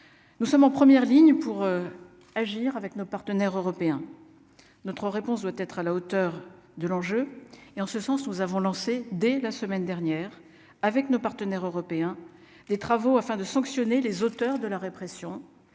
Nous sommes en première ligne pour agir avec nos partenaires européens, notre réponse doit être à la hauteur de l'enjeu et en ce sens, nous avons lancé dès la semaine dernière avec nos partenaires européens des travaux afin de sanctionner les auteurs de la répression,